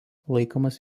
laikomas